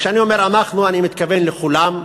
כשאני אומר "אנחנו", אני מתכוון לכולם,